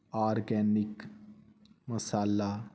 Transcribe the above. organic ਮਸਾਲਾ